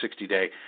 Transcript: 60-day